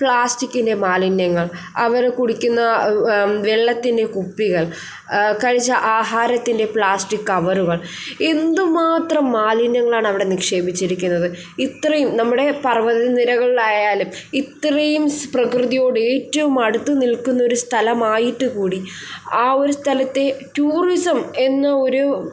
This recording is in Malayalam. പ്ലാസ്റ്റിക്കിൻ്റെ മാലിന്യങ്ങൾ അവരു കുടിക്കുന്ന വെള്ളത്തിൻ്റെ കുപ്പികൾ കഴിച്ച ആഹാരത്തിൻ്റെ പ്ലാസ്റ്റിക്ക് കവറുകൾ എന്തുമാത്രം മാലിന്യങ്ങളാണ് അവിടെ നിക്ഷേപിച്ചിരിക്കുന്നത് ഇത്രയും നമ്മുടെ പർവ്വത നിരകളിലായാലും ഇത്രയും പ്രകൃതിയോട് ഏറ്റവും അടുത്ത് നിൽക്കുന്ന ഒരു സ്ഥലമായിട്ട് കൂടി ആ ഒരു സ്ഥലത്തെ ടൂറിസം എന്ന ഒരു